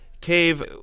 Cave